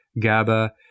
GABA